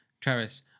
Travis